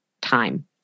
time